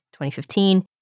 2015